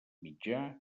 mitjà